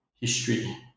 history